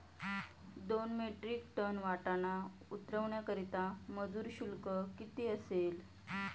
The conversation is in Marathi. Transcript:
दोन मेट्रिक टन वाटाणा उतरवण्याकरता मजूर शुल्क किती असेल?